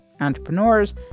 entrepreneurs